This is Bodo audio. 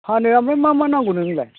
फानो ओमफ्राय मा मा नांगौ नोंनोलाय